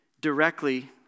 directly